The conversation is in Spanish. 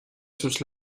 sus